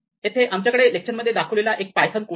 येथे आमच्याकडे लेक्चर मध्ये दाखविलेला एक पायथन कोड आहे